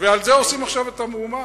ועל זה עושים עכשיו את המהומה?